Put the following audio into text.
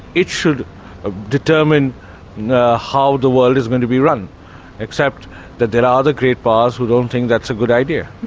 it should ah determine how the world is going to be run except that there are other great powers who don't think that's a good idea.